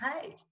paid